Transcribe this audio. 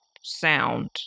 sound